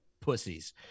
pussies